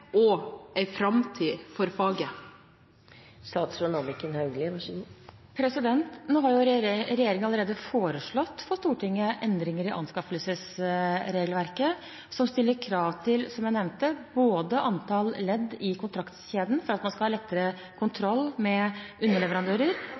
og en framtid for faget? Nå har regjeringen allerede foreslått for Stortinget endringer i anskaffelsesregelverket som stiller krav til, som jeg nevnte, antall ledd i kontraktkjeden – for at man skal ha lettere